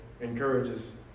encourages